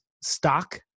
stock